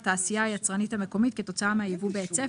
לתעשייה היצרנית המקומית כתוצאה מהייבוא בהיצף.